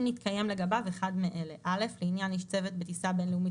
אם נתקיים לגביו אחד מאלה: (א) לעניין איש צוות בטיסה בין-לאומית